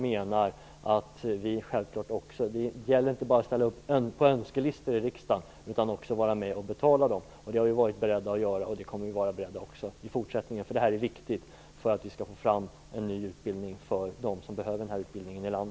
Det gäller inte bara att ställa upp önskelistor i riksdagen, utan också att vara med och betala dem. Det har vi varit beredda att göra. Det kommer vi att vara också i fortsättningen. Detta är viktigt för att vi skall få fram en ny utbildning för dem som i detta land behöver denna utbildning.